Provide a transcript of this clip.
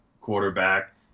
quarterback